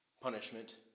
punishment